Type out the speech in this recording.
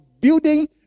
building